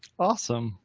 awesome.